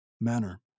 Manner